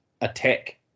attack